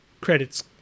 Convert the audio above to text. credit's